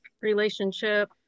relationship